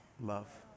Love